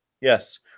Yes